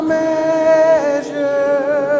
measure